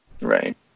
Right